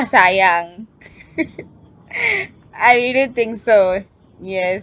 sayang I really think so yes